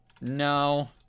No